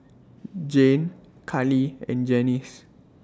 Jane Karli and Janis